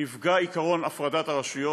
נפגע עקרון הפרדת הרשויות,